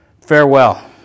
farewell